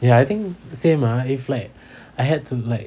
ya I think same ah if like I had to like